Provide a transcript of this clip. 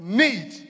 need